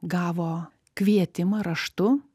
gavo kvietimą raštu